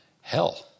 hell